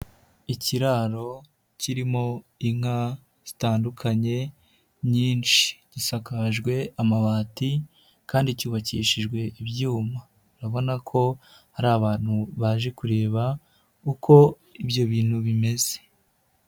Ikiraro kirimo inka zitandukanye nyinshi, gisakajwe amabati kandi cyubakishijwe ibyuma. Urabona ko hari abantu baje kureba uko ibyo bintu bimeze.